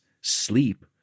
sleep